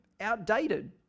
outdated